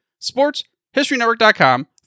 sportshistorynetwork.com